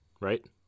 Right